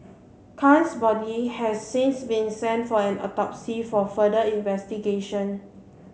khan's body has since been sent for an autopsy for further investigation